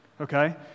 okay